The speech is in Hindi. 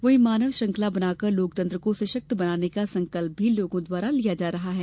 वहीं मानव श्रंखला बनाकर लोकतंत्र को सशक्त बनाने का संकल्प भी लोगों द्वारा लिया जा रहा है